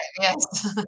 Yes